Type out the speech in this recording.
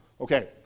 Okay